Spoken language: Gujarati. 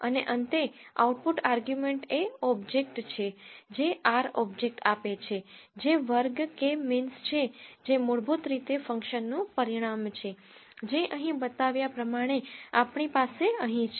અને અંતે આઉટપુટ આર્ગ્યુમેન્ટ એ ઓબ્જેક્ટ છે જે R ઓબ્જેક્ટ આપે છે જે વર્ગ K મીન્સ છે જે મૂળભૂત રીતે ફંકશનનું પરિણામ છે જે અહીં બતાવ્યા પ્રમાણે આપણી પાસે અહીં છે